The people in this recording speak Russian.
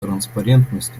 транспарентность